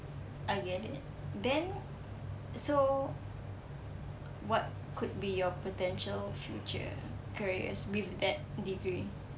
I get it then so what could be your potential future careers with that degree